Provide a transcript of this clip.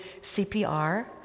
CPR